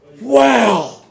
Wow